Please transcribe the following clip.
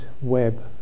web